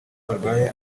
barwaye